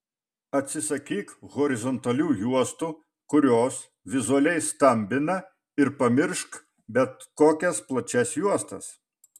atsisakyk horizontalių juostų kurios vizualiai stambina ir pamiršk bet kokias plačias juostas